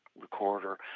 recorder